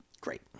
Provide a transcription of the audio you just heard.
Great